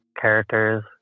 characters